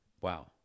wow